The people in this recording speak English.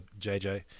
JJ